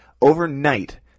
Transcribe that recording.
Overnight